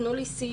תנו לי סיוע,